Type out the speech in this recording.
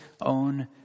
own